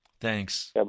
Thanks